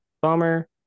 Bummer